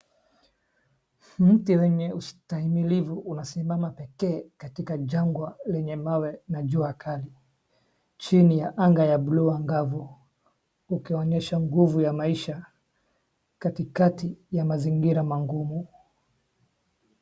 Mti wenye ustahimilivu unasimama pekee katika jangua lenye mawe na jua chini ya angaa ya buluu angavu, ikionyesha nguvu ya maisha katikati ya mazingira mangumu.